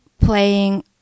playing